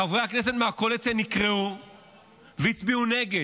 חברי הכנסת מהקואליציה נקראו והצביעו נגד.